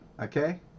Okay